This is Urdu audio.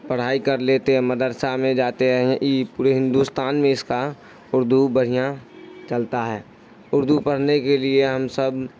پڑھائی کر لیتے ہیں مدرسہ میں جاتے ہیں پورے ہندوستان میں اس کا اردو بڑھیا چلتا ہے اردو پڑھنے کے لیے ہم سب